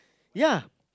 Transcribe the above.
ya